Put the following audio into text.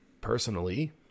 personally